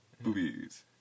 boobies